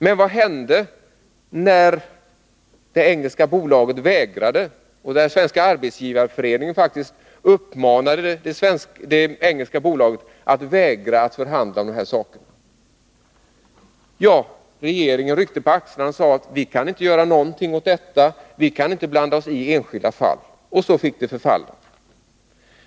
Men vad hände när det engelska bolaget vägrade, sedan Svenska arbetsgivareföreningen faktiskt uppmanat det engelska bolaget att vägra att förhandla om dessa saker? Ja, regeringen ryckte på axlarna och sade: ”Vi kan inte göra någonting åt detta, vi kan inte blanda oss i enskilda fall.” Och så fick det förfalla.